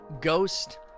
Ghost